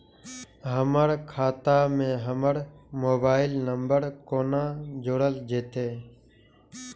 हमर खाता मे हमर मोबाइल नम्बर कोना जोरल जेतै?